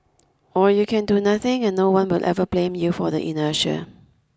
or you can do nothing and no one will ever blame you for the inertia